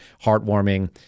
heartwarming